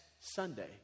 Sunday